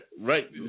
Right